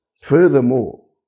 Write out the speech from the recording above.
Furthermore